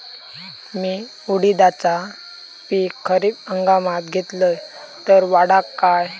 मी उडीदाचा पीक खरीप हंगामात घेतलय तर वाढात काय?